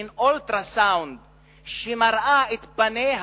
מין אולטרה-סאונד שמראה את פניה